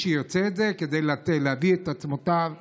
שירצה את זה כדי להעביר את עצמותיו הלאה,